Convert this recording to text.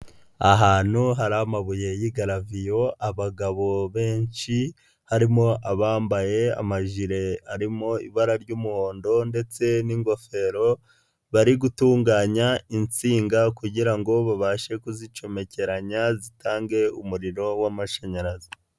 Ahantu hari amabuye y'igaraviyo, abagabo benshi, harimo abambaye amajiri arimo ibara ry'umuhondo ndetse n'ingofero, bari gutunganya insinga kugira ngo babashe kuzicomekeranya zitange umuriro w'amashanyarazi.